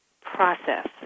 process